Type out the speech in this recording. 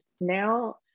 now